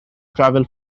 travel